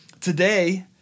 Today